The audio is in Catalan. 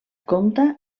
compta